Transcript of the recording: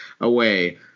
away